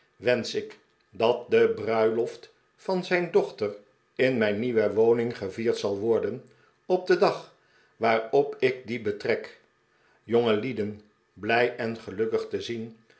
wensch ik dat de bruiloft van zijn dochter in mijn nieuwe woning gevierd zal worden op den dag waarop ik die betrek jongelieclen blij en gelukkig te zien